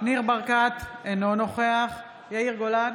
ניר ברקת, אינו נוכח יאיר גולן,